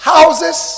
Houses